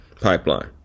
pipeline